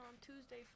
Tuesday